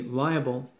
liable